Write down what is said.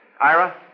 Ira